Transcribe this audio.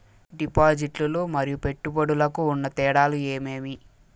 డిపాజిట్లు లు మరియు పెట్టుబడులకు ఉన్న తేడాలు ఏమేమీ?